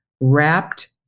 wrapped